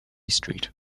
street